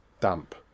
damp